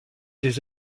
des